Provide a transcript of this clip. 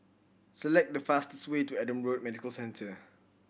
select the fastest way to Adam Road Medical Centre